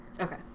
Okay